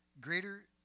greater